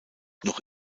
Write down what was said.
noch